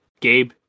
Gabe